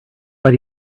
but